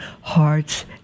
hearts